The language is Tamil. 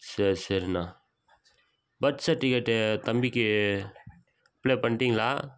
சரி சரிண்ணா பர்த் சர்டிவிகேட்டு தம்பிக்கு அப்ளை பண்ணிட்டிங்களா